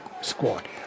squad